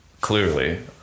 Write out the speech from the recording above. clearly